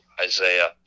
isaiah